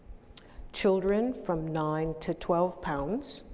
children from nine to twelve pounds,